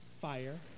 fire